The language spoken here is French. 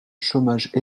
chômage